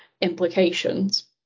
implications